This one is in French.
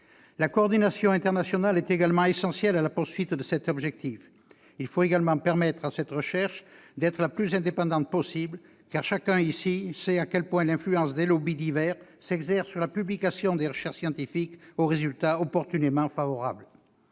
La coordination internationale est également essentielle à la poursuite de cet objectif. Cette recherche doit être la plus indépendante possible, car chacun ici sait à quel point l'influence de lobbies divers s'exerce par la publication de recherches scientifiques aux résultats opportunément favorables.